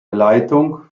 leitung